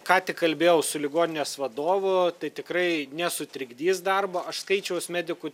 ką tik kalbėjau su ligoninės vadovu tai tikrai nesutrikdys darbo aš skaičiaus medikų